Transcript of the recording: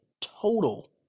total